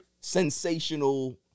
sensational